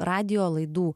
radijo laidų